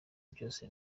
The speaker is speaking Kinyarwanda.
byose